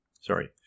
Sorry